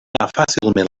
fàcilment